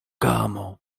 kamo